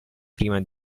prima